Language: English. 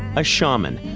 a shaman.